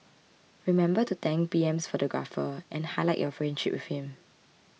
remember to thank PM's photographer and highlight your friendship with him